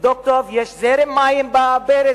תבדוק טוב, יש זרם מים בברז?